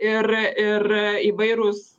ir ir įvairūs